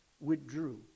withdrew